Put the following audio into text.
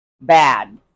bad